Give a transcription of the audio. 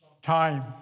Time